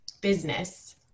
business